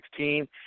2016